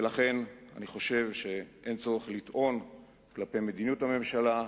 לכן אני חושב שאין צורך לטעון כלפי מדיניות הממשלה,